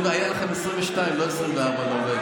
היו לכם 22, לא 24 נורבגים.